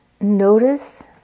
notice